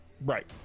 Right